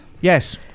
Yes